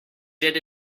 did